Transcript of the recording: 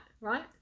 right